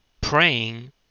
praying